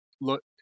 look